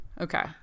Okay